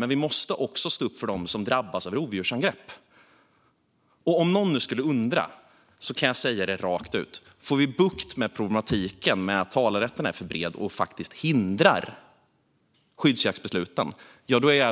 Men vi måste också stå upp för dem som drabbas av rovdjursangrepp. Om någon nu skulle undra kan jag säga det rakt ut. Får vi bukt med problematiken med att talerätten är för bred och hindrar skyddsjaktsbesluten